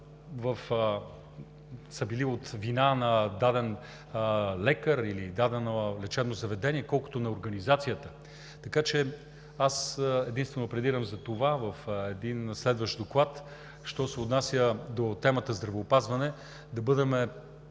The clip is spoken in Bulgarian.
толкова по вина на даден лекар или дадено лечебно заведение, колкото на организацията. Така че аз единствено пледирам за това – в един следващ доклад, що се отнася до темата „здравеопазване“, да бъдем